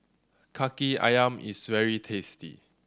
Kaki Ayam is very tasty